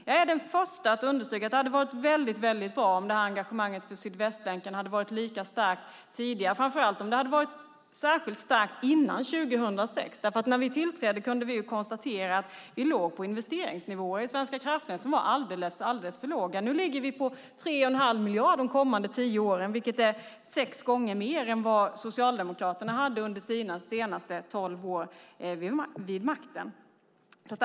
Jag är den första att understryka att det hade varit väldigt bra om engagemanget nu för Sydvästlänken hade varit lika starkt tidigare och framför allt om det hade varit särskilt starkt före 2006. När vi tillträdde kunde vi konstatera att vi beträffande Svenska kraftnät låg på investeringsnivåer som var alldeles för låga. Nu ligger vi på 3 1⁄2 miljard avseende de kommande tio åren, vilket är sex gånger mer än under Socialdemokraternas sista tolv år vid makten.